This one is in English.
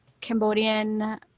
cambodian